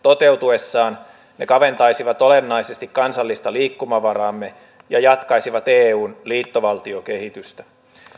toteutuessaan ne kaventaisivat olennaisesti kansallista liikkumavaraamme ja jatkaisivat eun liittovaltiokehitystä